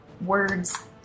words